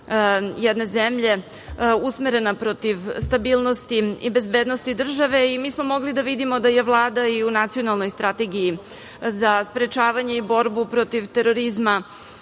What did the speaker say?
jedne zemlje, usmerena protiv stabilnosti i bezbednosti države. Mi smo mogli da vidimo da je Vlada i u Nacionalnoj strategiji za sprečavanje i borbu protiv terorizma